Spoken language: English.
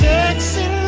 Sexy